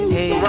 Hey